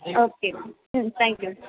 okay ma'am hmm thank you